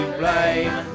blame